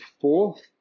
fourth